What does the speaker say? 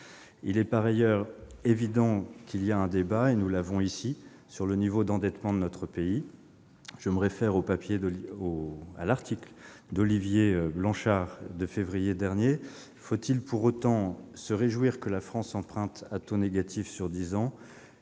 Il est évident qu'il y a débat, et nous l'avons ici, sur le niveau d'endettement de notre pays. Je me réfère à l'article d'Olivier Blanchard de février dernier. Faut-il pour autant se réjouir que la France emprunte à taux négatif sur dix ans ?